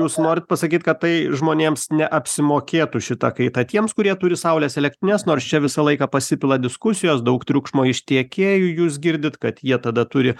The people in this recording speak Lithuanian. jūs norit pasakyt kad tai žmonėms neapsimokėtų šita kaita tiems kurie turi saulės elektrines nors čia visą laiką pasipila diskusijos daug triukšmo iš tiekėjų jūs girdit kad jie tada turi